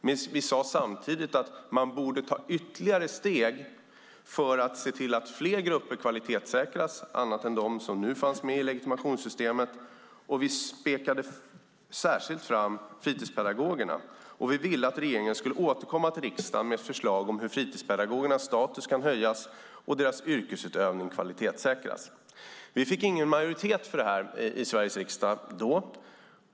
Men vi sade samtidigt att man borde ta ytterligare steg för att se till att fler grupper kvalitetssäkras än de som fanns med i legitimationssystemet, och vi pekade särskilt ut fritidspedagogerna. Vi ville att regeringen skulle återkomma till riksdagen med ett förslag om hur fritidspedagogernas status kan höjas och deras yrkesutövning kvalitetssäkras. Vi fick ingen majoritet för det i Sveriges riksdag då.